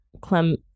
Clem